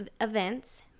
events